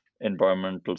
environmental